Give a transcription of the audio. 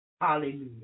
Hallelujah